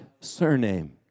surname